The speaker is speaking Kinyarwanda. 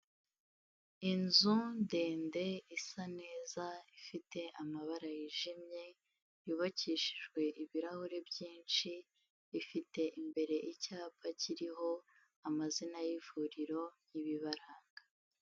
Inzu ndende isa neza, ifite amabara yijimye, yubakishijwe ibirahuri byinshi, ifite imbere icyapa kiriho amazina y'ivuriro y'ibibaranga.